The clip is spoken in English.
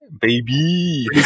Baby